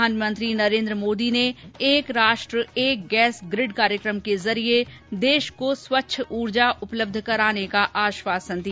प्रधानमंत्री नरेन्द्र मोदी ने एक राष्ट्र एक गैस ग्रिड कार्यक्रम के जरिये देश को स्वच्छ उर्जा उपलब्ध कराने का आश्वासन दिया